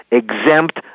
exempt